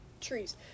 trees